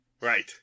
Right